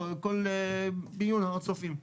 כל מיון הר הצופים.